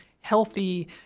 healthy